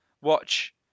watch